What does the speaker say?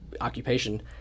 occupation